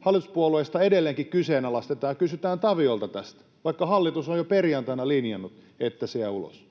hallituspuolueista edelleenkin kyseenalaistetaan ja kysytään Taviolta tästä, vaikka hallitus on jo perjantaina linjannut, että se jää ulos.